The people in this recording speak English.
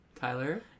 Tyler